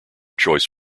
choice